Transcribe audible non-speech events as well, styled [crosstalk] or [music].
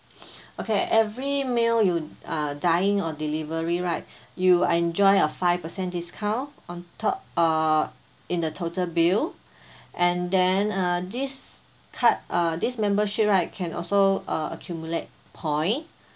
[noise] okay every meal you uh dine in or delivery right [breath] you enjoy a five per cent discount on top uh in the total bill [breath] and then uh this card uh this membership right can also uh accumulate point